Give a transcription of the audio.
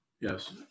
Yes